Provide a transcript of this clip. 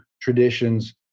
traditions